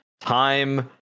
time